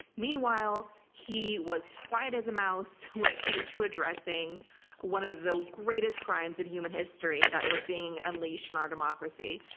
meanwhile, he was quiet as a mouse when it came to addressing one of the greatest crimes in human history that was being unleashed on our democracy.